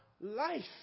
life